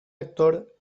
actor